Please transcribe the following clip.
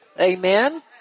Amen